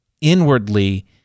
inwardly